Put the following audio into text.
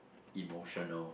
emotional